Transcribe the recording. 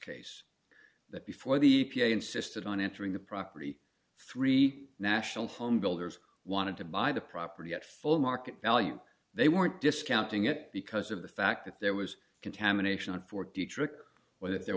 case that before the e p a insisted on entering the property three national homebuilders wanted to buy the property at full market value they weren't discounting it because of the fact that there was contamination in fort dietrich where there